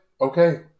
okay